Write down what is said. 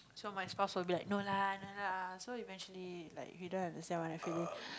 so my spouse will be like no lah no lah so eventually like you don't understand what I feeling